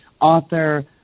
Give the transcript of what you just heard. author